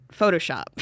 Photoshop